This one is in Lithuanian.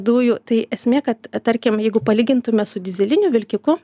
dujų tai esmė kad tarkim jeigu palygintume su dyzeliniu vilkiku